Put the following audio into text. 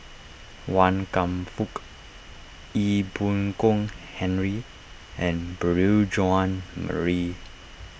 Wan Kam Fook Ee Boon Kong Henry and Beurel Jean Marie